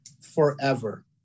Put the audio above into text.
forever